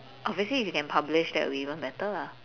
obviously if you can publish that would be even better lah